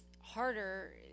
harder